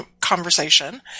conversation